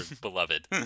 beloved